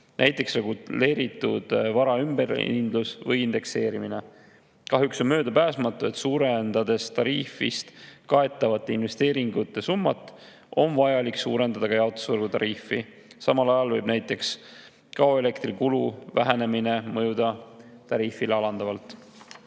näiteks reguleeritud vara ümberhindlus või indekseerimine. Kahjuks on möödapääsmatu, et suurendades tariifist kaetavate investeeringute summat, on vaja suurendada ka jaotusvõrgu tariifi. Samal ajal võib näiteks kaoelektri kulu vähenemine mõjuda tariifi alandavalt.